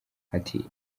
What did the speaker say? ati